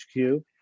HQ